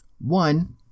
One